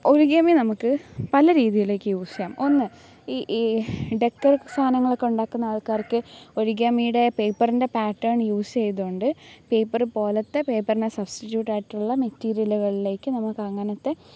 origami നമുക്ക് പല രീതിയിലേക്ക് യൂസ് ചെയ്യാം ഒന്ന് ഈ ഈ ഡെക്കറേൻ സാധനങ്ങളൊക്കെ ഉണ്ടാക്കുന്ന ആൾക്കാർക്ക് ഒറിഗാമിയുടെ പേപ്പറിൻ്റെ പാറ്റേൺ യൂസ് ചെയ്ത് കൊണ്ട് പേപ്പറ് പോലത്തെ പേപ്പറിൻ്റെ സബ്സ്റ്റിറ്റ്യൂട്ട് ആയിട്ടുള്ള മെറ്റീരിയലുകളിലേക്ക് നമുക്കങ്ങനത്തെ